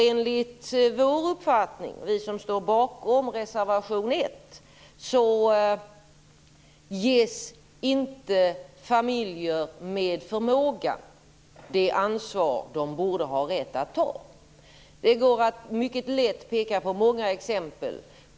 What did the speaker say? Enligt vår uppfattning - jag talar nu om oss som står bakom reservation 1 - ges inte familjer med förmåga det ansvar de borde ha rätt att ta. Det är mycket lätt att visa på många exempel.